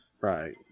right